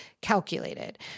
calculated